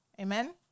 Amen